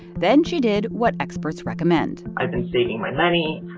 then she did what experts recommend i'd been saving my money.